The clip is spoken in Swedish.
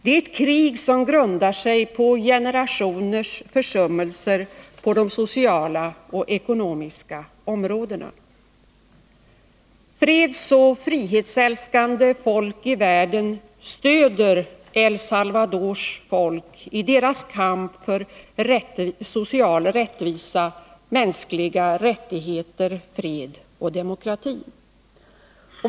Det är ett krig som grundar sig på generationers försummelser på de sociala och ekonomiska områdena. Fredsoch frihetsälskande folk i världen stöder El Salvadors folk i dess kamp för social rättvisa, mänskliga rättigheter, fred och demokrati.